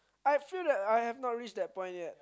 I feel that I have not reach that point yet